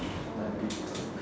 like people